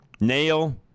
nail